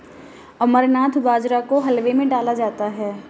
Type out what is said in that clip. अमरनाथ बाजरा को हलवे में डाला जाता है